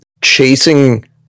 chasing